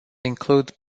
include